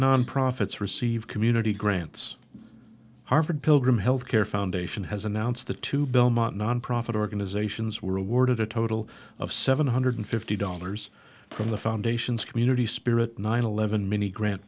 nonprofits receive community grants harvard pilgrim healthcare foundation has announced the two belmont nonprofit organizations were awarded a total of seven hundred fifty dollars from the foundation's community spirit nine eleven many grant